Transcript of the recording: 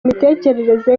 imitekerereze